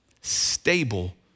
stable